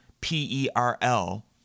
P-E-R-L